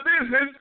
business